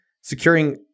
securing